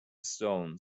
stones